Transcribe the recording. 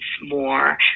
more